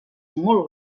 molt